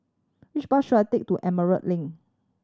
which bus should I take to Emerald Link